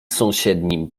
sąsiednim